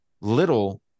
little